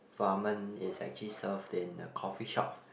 ramen is actually served in a coffee shop